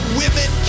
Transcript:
women